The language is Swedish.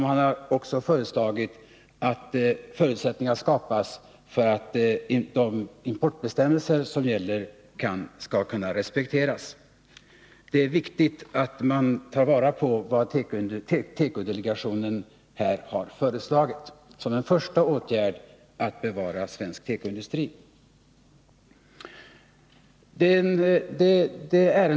Man har också föreslagit att förutsättningar skall skapas för att de importbestämmelser som gäller skall kunna respekteras. Det är viktigt att man tar vara på vad tekodelegationen här föreslagit, som en första åtgärd att bevara svensk tekoindustri.